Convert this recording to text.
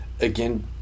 again